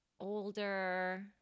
older